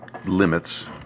Limits